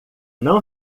não